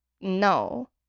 no